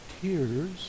tears